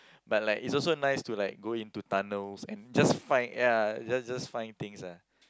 but like is also nice to like go into tunnels and just find ya just things lah